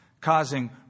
causing